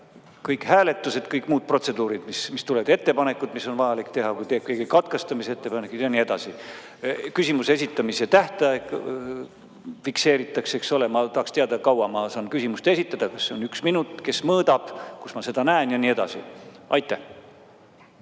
kõik hääletused, kõik muud protseduurid, mis tulevad, ettepanekud, mis on vaja teha, näiteks kui keegi teeb katkestamise ettepaneku ja nii edasi? Küsimuse esitamise aeg fikseeritakse, eks ole, ja ma tahaks teada, kaua ma saan küsimust esitada, kas see on üks minut, kes mõõdab, kus ma seda näen ja nii edasi. Aitäh!